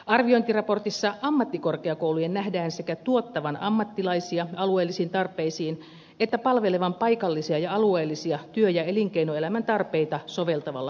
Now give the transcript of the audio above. arviointiraportissa ammattikorkeakoulujen nähdään sekä tuottavan ammattilaisia alueellisiin tarpeisiin että palvelevan paikallisia ja alueellisia työ ja elinkeinoelämän tarpeita soveltavalla tutkimuksella